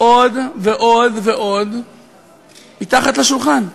עוד ועוד ועוד מתחת לשולחן.